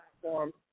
platform